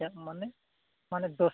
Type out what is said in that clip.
ᱪᱮᱫ ᱢᱟᱱᱮ ᱢᱟᱱᱮ ᱫᱚᱥ